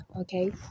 Okay